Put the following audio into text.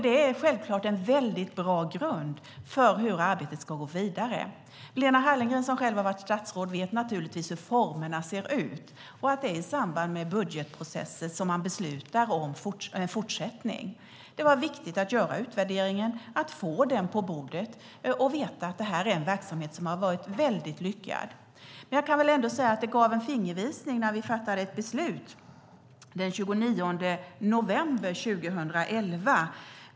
Det är självklart en bra grund för hur arbetet ska gå vidare. Lena Hallengren som själv har varit statsråd vet naturligtvis hur formerna ser ut och att det är i samband med budgetprocesser som man beslutar om en fortsättning. Det var viktigt att göra utvärderingen, att få den på bordet och veta att det här är en verksamhet som har varit lyckad. Jag kan väl ändå säga att det gavs en fingervisning när vi fattade ett beslut den 29 november 2011.